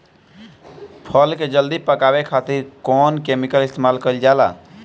फल के जल्दी पकावे खातिर कौन केमिकल इस्तेमाल कईल जाला?